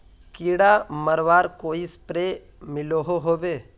कीड़ा मरवार कोई स्प्रे मिलोहो होबे?